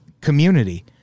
community